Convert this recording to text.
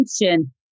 attention